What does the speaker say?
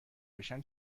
بشن